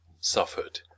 suffered